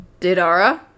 Didara